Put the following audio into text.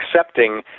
accepting